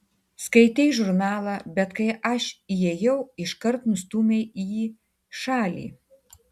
skaitei žurnalą bet kai aš įėjau iškart nustūmei į šalį